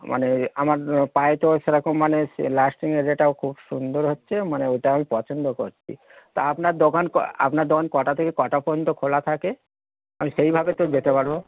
মানে আমার পয়ে তো সেরকম মানে সে লাস্টিংয়ের এটাও খুব সুন্দর হচ্ছে মানে ওইটা আমি পছন্দ করছি তো আপনার দোকান আপনার দোকান কটা থেকে কটা পর্যন্ত খোলা থাকে আমি সেইভাবে তো যেতে পারবো